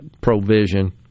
provision